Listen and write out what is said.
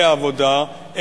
בעבודה,